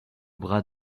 bras